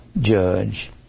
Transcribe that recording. judge